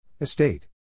Estate